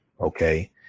Okay